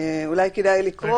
אולי כדאי לקרוא אותה.